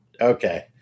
Okay